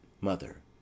Mother